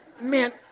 man